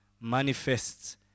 manifests